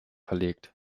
verlegt